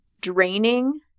draining